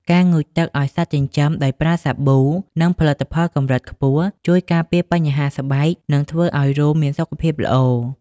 ការងូតទឹកឱ្យសត្វចិញ្ចឹមដោយប្រើសាប៊ូ និងផលិតផលកម្រិតខ្ពស់ ជួយការពារបញ្ហាស្បែក និងធ្វើឱ្យរោមមានសុខភាពល្អ។